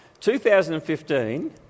2015